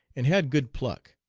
and had good pluck.